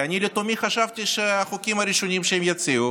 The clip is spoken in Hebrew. ואני לתומי חשבתי שהחוקים הראשונים שהם יציעו